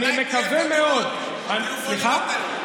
אני מקווה מאוד, אולי, סליחה?